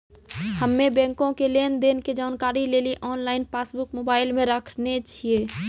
हम्मे बैंको के लेन देन के जानकारी लेली आनलाइन पासबुक मोबाइले मे राखने छिए